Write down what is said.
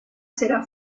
será